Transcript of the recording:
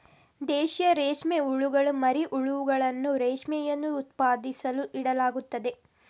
ದೇಶೀಯ ರೇಷ್ಮೆ ಹುಳುಗಳ ಮರಿ ಹುಳುಗಳನ್ನು ರೇಷ್ಮೆಯನ್ನು ಉತ್ಪಾದಿಸಲು ಇಡಲಾಗುತ್ತದೆ